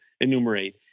enumerate